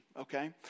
okay